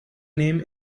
name